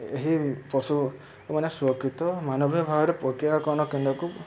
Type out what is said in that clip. ଏହି ପଶୁମାନେ ସୁରକ୍ଷିତ ମାନବିକ ଭାବରେ ପ୍ରକ୍ରିୟାକରଣ କେନ୍ଦ୍ରକୁ